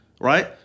right